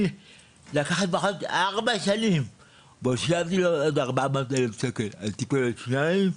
--- לקח לפחות 4 שנים ושילמתי עוד 400 אלף שקל על טיפולי שיניים.